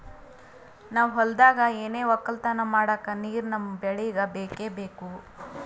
ನಾವ್ ಹೊಲ್ದಾಗ್ ಏನೆ ವಕ್ಕಲತನ ಮಾಡಕ್ ನೀರ್ ನಮ್ ಬೆಳಿಗ್ ಬೇಕೆ ಬೇಕು